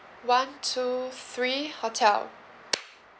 one two three hotel